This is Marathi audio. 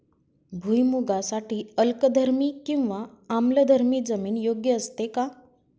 भुईमूगासाठी अल्कधर्मी किंवा आम्लधर्मी जमीन योग्य असते का?